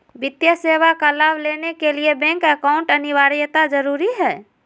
वित्तीय सेवा का लाभ लेने के लिए बैंक अकाउंट अनिवार्यता जरूरी है?